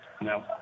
No